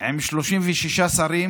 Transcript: עם 36 שרים,